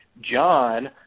John